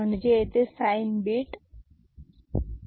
म्हणजेच येथे sine beat नाही